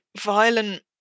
violent